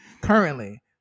Currently